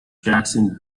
jackson